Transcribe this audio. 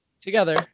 together